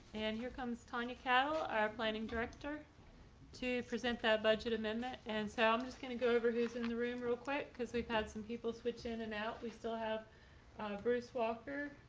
and here comes tonya cow our planning director to present that budget amendment. and so i'm just going to go over who's in the room real quick, because we've had some people switch in and out. we still have bruce walker,